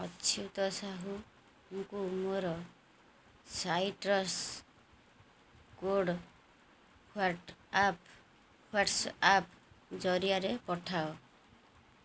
ଅଚ୍ୟୁତ ସାହୁଙ୍କୁ ମୋର citrus code what app WhatsApp ଜରିଆରେ ପଠାଅ